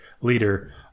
leader